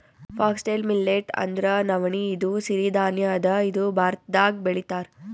foxtail millet ಅಂದ್ರ ನವಣಿ ಇದು ಸಿರಿ ಧಾನ್ಯ ಅದಾ ಇದು ಭಾರತ್ದಾಗ್ ಬೆಳಿತಾರ್